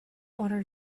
order